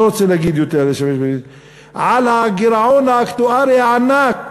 אני לא רוצה להגיד יותר, על הגירעון האקטוארי הענק